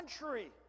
country